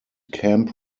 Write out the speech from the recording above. camp